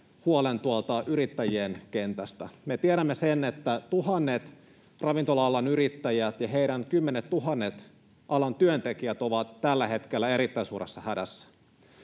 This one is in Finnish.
huolen tuolta yrittäjien kentästä. Me tiedämme, että tuhannet ravintola-alan yrittäjät ja heidän kymmenettuhannet alan työntekijät ovat tällä hetkellä erittäin suuressa hädässä.